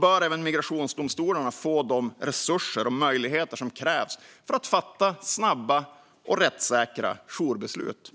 bör även migrationsdomstolarna få de resurser och möjligheter som krävs för att de ska kunna fatta snabba och rättssäkra jourbeslut.